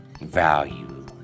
value